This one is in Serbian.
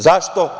Zašto?